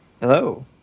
Hello